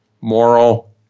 Moral